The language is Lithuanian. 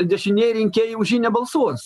dešinieji rinkėjai už jį nebalsuos